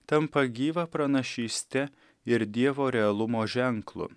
tampa gyva pranašyste ir dievo realumo ženklu